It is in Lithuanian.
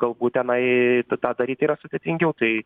galbūt tenai tą daryt yra sudėtingiau tai